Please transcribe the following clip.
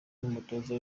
n’umutoza